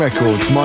Records